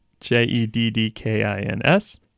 j-e-d-d-k-i-n-s